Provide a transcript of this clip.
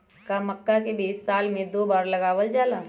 का मक्का के बीज साल में दो बार लगावल जला?